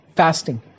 fasting